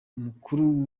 umukuru